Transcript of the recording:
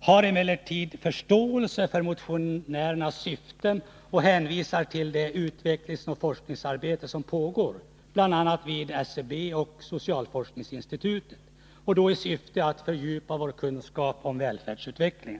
har emellertid förståelse för motionens syften och hänvisar till det Nr 23 utvecklingsoch forskningsarbete som pågår bl.a. vid SCB och socialforsk Onsdagen den ningsinstitutet i syfte att fördjupa vår kunskap om välfärdsutvecklingen.